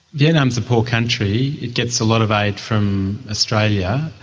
vietnam is a poor country, it gets a lot of aid from australia.